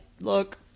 look